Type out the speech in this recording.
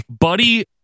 Buddy